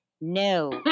no